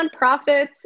nonprofits